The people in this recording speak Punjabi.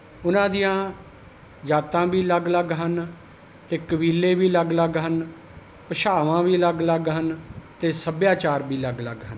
ਉਨ੍ਹਾਂ ਦੀਆਂ ਜਾਤਾਂ ਵੀ ਅਲੱਗ ਅਲੱਗ ਹਨ ਅਤੇ ਕਬੀਲੇ ਵੀ ਅਲੱਗ ਅਲੱਗ ਹਨ ਭਾਸ਼ਾਵਾਂ ਵੀ ਅਲੱਗ ਅਲੱਗ ਹਨ ਅਤੇ ਸੱਭਿਆਚਾਰ ਵੀ ਅਲੱਗ ਅਲੱਗ ਹਨ